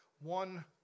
one